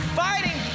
fighting